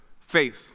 faith